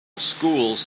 schools